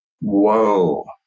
Whoa